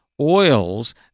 oils